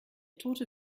tote